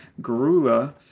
Garula